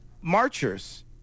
Marchers